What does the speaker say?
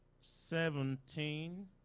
seventeen